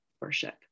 worship